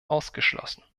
ausgeschlossen